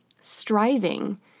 striving